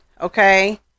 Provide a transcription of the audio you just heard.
Okay